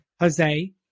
Jose